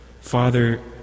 Father